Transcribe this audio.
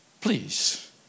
please